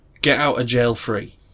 get-out-of-jail-free